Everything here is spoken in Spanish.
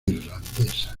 irlandesa